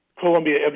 Columbia